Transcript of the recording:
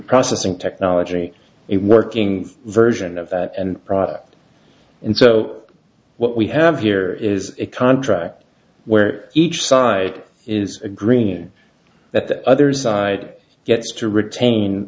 processing technology it working version of that and product and so what we have here is a contract where each side is a green that the other side gets to retain